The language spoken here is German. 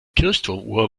kirchturmuhr